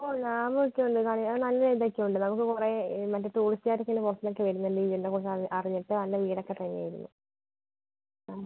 ഓ ലാഭൊക്കെയുണ്ട് അ നല്ല ഇതൊക്കെയുണ്ട് നമുക്ക് കുറേ മറ്റേ ടൂറിസ്റ്റ് കാരൊക്കെ ആണ് കുറച്ചൊക്കെ വരുന്നുണ്ട് ഇതിനെ കുറിച്ചൊക്കെ അറിഞ്ഞിട്ട് അന്ന് വീടൊക്കെ തന്നെയായിരുന്നു അ